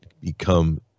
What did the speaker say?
become